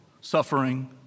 suffering